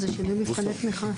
זה שינוי מבחני תמיכה,